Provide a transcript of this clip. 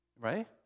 right